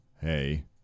hey